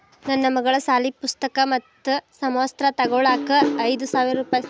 ನನ್ನ ಮಗಳ ಸಾಲಿ ಪುಸ್ತಕ್ ಮತ್ತ ಸಮವಸ್ತ್ರ ತೊಗೋಳಾಕ್ ಐದು ಸಾವಿರ ರೂಪಾಯಿ ಸಾಲ ಬೇಕಾಗೈತ್ರಿ